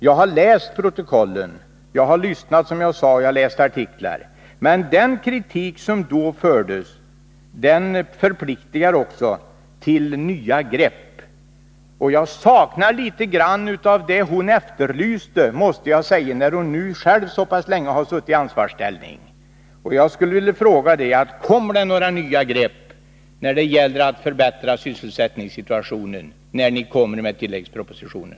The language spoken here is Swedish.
Jag har läst protokollen, jag har lyssnat och jag har läst artiklar. Men den kritik som hon då förde fram förpliktar också till nya grepp, och jag saknar litet grand av det hon efterlyste, när hon nu själv så pass länge har suttit i ansvarsställning. Kommer det några nya grepp när det gäller att förbättra sysselsättningssituationen då ni lägger fram tilläggspropositionen?